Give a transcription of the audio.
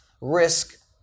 risk